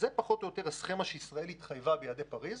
זה פחות או יותר הסכימה שישראל התחייבה אליה ביעדי פריז.